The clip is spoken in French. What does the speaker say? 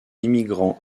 immigrants